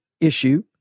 issue